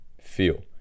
feel